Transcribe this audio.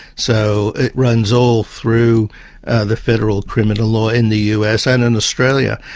so it runs all through the federal criminal law in the us and in australia,